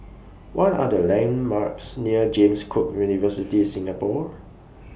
What Are The landmarks near James Cook University Singapore